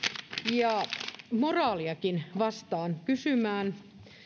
ja moraaliakin vastaan kysymään